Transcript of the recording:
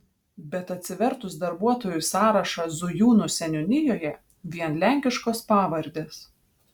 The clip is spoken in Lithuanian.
bet atsivertus darbuotojų sąrašą zujūnų seniūnijoje vien lenkiškos pavardes